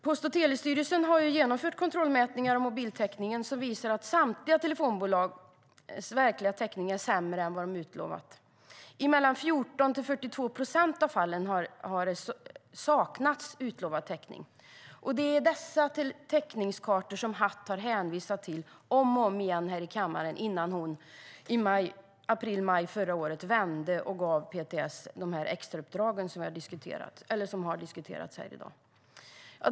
Post och telestyrelsen har genomfört kontrollmätningar av mobiltäckningen som visar att samtliga telefonbolags verkliga täckning är sämre än vad de utlovat. I mellan 14 och 42 procent av fallen har det saknats utlovad täckning. Det är dessa täckningskartor som Hatt har hänvisat till om och om igen här i kammaren, innan hon i april eller maj förra året vände och gav PTS de extrauppdrag som har diskuterats här i dag.